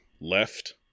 left